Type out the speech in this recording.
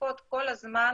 שמתחזקות כל הזמן